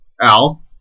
Al